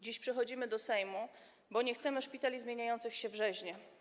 Dziś przychodzimy do Sejmu, bo nie chcemy szpitali zmieniających się w rzeźnie.